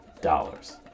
dollars